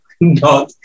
No